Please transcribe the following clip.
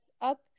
up